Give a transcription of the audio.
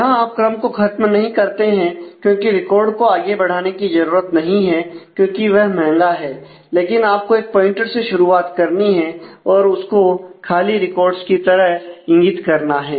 यहां आप क्रम को खत्म नहीं करते हैं क्योंकि रिकॉर्ड को आगे बढ़ाने की जरूरत नहीं है क्योंकि वह महंगा है लेकिन आपको एक पॉइंटर से शुरुआत करनी है और उसको खाली रिकॉर्ड्स की तरह इंगित करना है